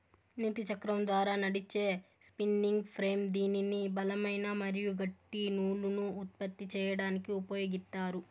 నీటి చక్రం ద్వారా నడిచే స్పిన్నింగ్ ఫ్రేమ్ దీనిని బలమైన మరియు గట్టి నూలును ఉత్పత్తి చేయడానికి ఉపయోగిత్తారు